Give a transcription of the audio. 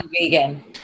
vegan